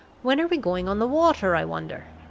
when are we going on the water, i wonder?